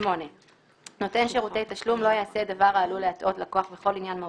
איסור הטעיה 8. (א)נותן שירותי תשלום לא יעשה דבר העלול